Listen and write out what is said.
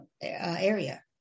area